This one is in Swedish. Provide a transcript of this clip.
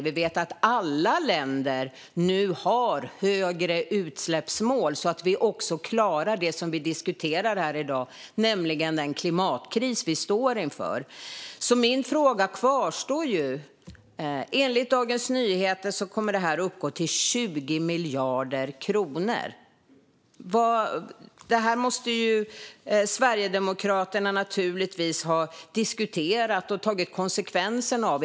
Vi vet att alla länder nu har högre utsläppsmål för att det ska gå att klara det vi diskuterar här i dag, nämligen den klimatkris vi står inför. Min fråga kvarstår därför. Enligt Dagens Nyheter kommer kostnaden för detta att uppgå till 20 miljarder kronor. Det måste Sverigedemokraterna naturligtvis ha diskuterat och tagit konsekvenserna av.